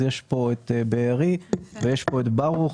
נמצאים פה בארי וברוך,